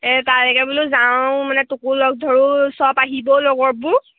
এই তালৈকে বোলো যাওঁ মানে তোকো লগ ধৰো চব আহিব লগৰবোৰ